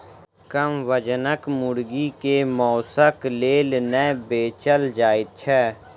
कम वजनक मुर्गी के मौंसक लेल नै बेचल जाइत छै